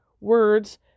words